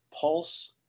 Pulse